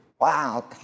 wow